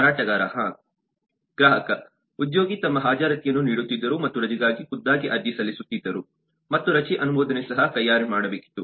ಮಾರಾಟಗಾರ ಹಾಂ ಗ್ರಾಹಕ ಉದ್ಯೋಗಿ ತಮ್ಮ ಹಾಜರಾತಿಯನ್ನು ನೀಡುತ್ತಿದ್ದರು ಮತ್ತು ರಜೆಗಾಗಿ ಖುದ್ದಾಗಿ ಅರ್ಜಿ ಸಲ್ಲಿಸುತ್ತಿದ್ದರು ಮತ್ತು ರಜೆ ಅನುಮೋದನೆ ಸಹ ಕೈಯಾರೆ ಮಾಡಬೇಕಿತ್ತು